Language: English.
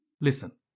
Listen